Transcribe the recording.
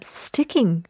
sticking